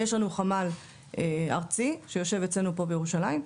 יש לנו חמ"ל ארצי שיושב אצלנו פה בירושלים,